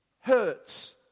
hurts